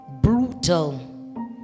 brutal